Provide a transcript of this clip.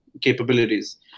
capabilities